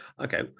Okay